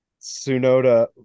Sunoda